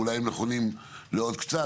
ואולי הם נכונים לעוד קצת,